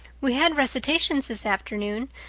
we had recitations this afternoon.